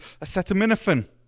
acetaminophen